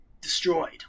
Destroyed